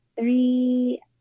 three